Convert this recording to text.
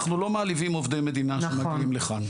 אנחנו לא מעליבים עובדי מדינה שמגיעים כאן,